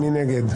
מי נמנע?